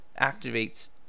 activates